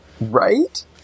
Right